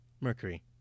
Mercury